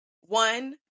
one